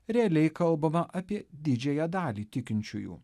realiai kalbama apie didžiąją dalį tikinčiųjų